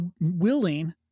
willing